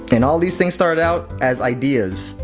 and all these things started out as ideas.